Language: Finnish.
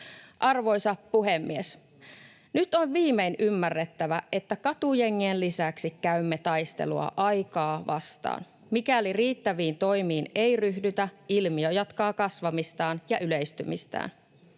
Arvoisa puhemies! Nyt on viimein ymmärrettävä, että katujengien lisäksi käymme taistelua aikaa vastaan. Mikäli riittäviin toimiin ei ryhdytä, ilmiö jatkaa kasvamistaan ja yleistymistään.